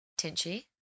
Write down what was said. Tinchi